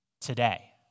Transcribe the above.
today